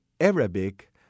Arabic